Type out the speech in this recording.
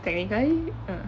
uh